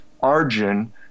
Arjun